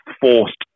forced